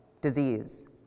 disease